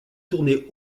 tourné